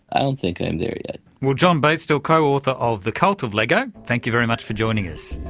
i don't think i'm there yet. well, john baichtal, co-author of the cult of lego, thank you very much for joining us.